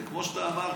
זה כמו שאתה אמרת,